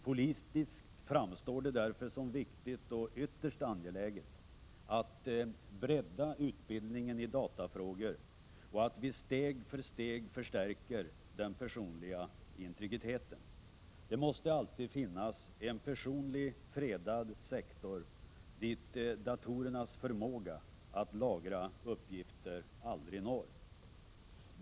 Politiskt framstår det därför som viktigt och ytterst angeläget att bredda utbildningen i datafrågor och att vi steg för steg förstärker den personliga integriteten. Det måste alltid finnas en fredad personlig sektor dit datorernas förmåga att lagra uppgifter aldrig når.